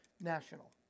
National